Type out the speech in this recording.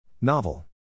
Novel